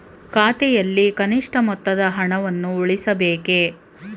ಖಾತೆಯಲ್ಲಿ ಕನಿಷ್ಠ ಮೊತ್ತದ ಹಣವನ್ನು ಉಳಿಸಬೇಕೇ?